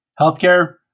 Healthcare